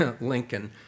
Lincoln